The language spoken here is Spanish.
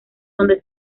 donde